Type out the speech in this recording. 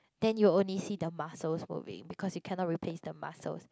then you'll only see the muscles probably because you cannot replace the muscles